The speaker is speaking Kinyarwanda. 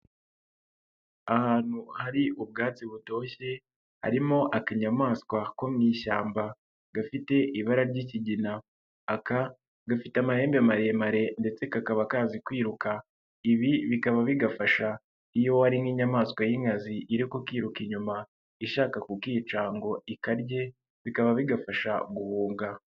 Ahantu hari ubwatsi butoshye, harimo akanyamaswa ko mu ishyamba gafite ibara ry'ikigina, aka gafite amahembe maremare ndetse kakaba kazi kwiruka, ibi bikaba bigafasha iyo hari nk'inyamaswa y'inkazi iri kukiruka inyuma ishaka kukica ngo ikarye bikaba bigafasha guhunga.